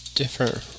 different